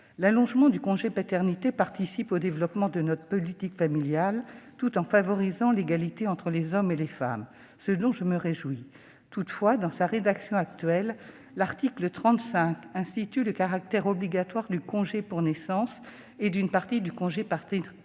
L'allongement du congé paternité participe au développement de notre politique familiale, tout en favorisant l'égalité entre les hommes et les femmes, ce dont je me réjouis. Toutefois, dans sa rédaction actuelle, l'article 35 du texte tend à instituer le caractère obligatoire du congé pour naissance et d'une partie du congé paternité.